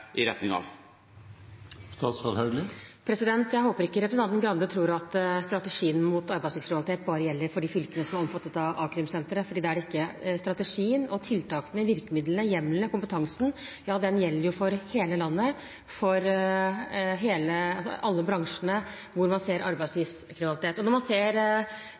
i retning av? Jeg håper ikke representanten Grande tror at strategien mot arbeidslivskriminalitet bare gjelder for de fylkene som er omfattet av a-krimsentre. Det er det ikke. Strategiene, tiltakene, virkemidlene, hjemlene og kompetansen gjelder for hele landet og for alle bransjene hvor man ser arbeidslivskriminalitet. Når man ser